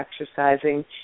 exercising